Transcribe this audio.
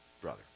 brother